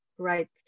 right